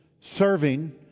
serving